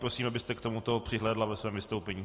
Prosím, abyste k tomuto přihlédla ve svém vystoupení.